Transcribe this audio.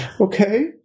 Okay